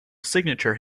signature